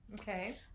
Okay